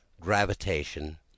gravitation